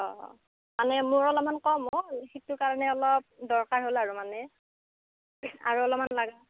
অ' মানে মোৰ অলপমান কম হ'ল সেইটো কাৰণে অলপ দৰকাৰ হ'ল আৰু মানে আৰু অলপমান লাগা